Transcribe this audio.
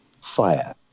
fire